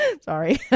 sorry